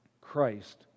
Christ